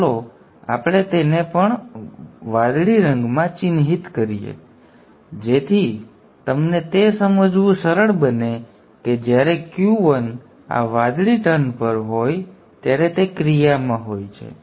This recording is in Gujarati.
ચાલો આપણે તેને પણ વાદળી રંગમાં ચિહ્નિત કરીએ જેથી તમને તે સમજવું સરળ બને કે જ્યારે Q1 આ વાદળી ટર્ન પર હોય ત્યારે તે ક્રિયામાં હોય છે